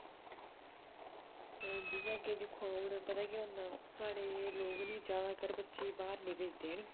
जि'यां के दिक्खो हून पता के होंदा साढ़े लोग नी ज्यादा तर बच्चे गी बाहर नेई भेजदे है नी